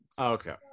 okay